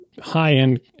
high-end